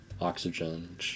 oxygen